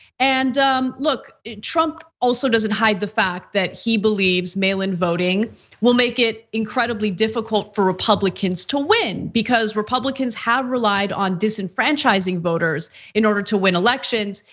and look, trump also doesn't hide the fact that he believes mail-in-voting will make it incredibly difficult for republicans to win. because republicans have relied on disenfranchising voters in order to win elections.